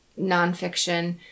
nonfiction